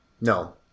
No